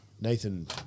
Nathan